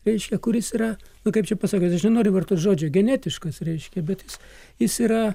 reiškia kuris yra na kaip čia pasakius aš nenoriu vartot žodžio genetiškas reiškia bet jis jis yra